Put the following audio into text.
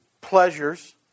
pleasures